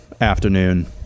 afternoon